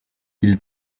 ils